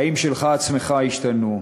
החיים שלך עצמך השתנו.